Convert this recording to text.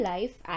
Life